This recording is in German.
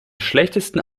schlechtesten